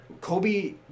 Kobe